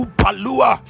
palua